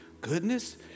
goodness